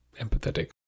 empathetic